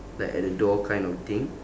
like at the door kind of thing